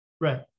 right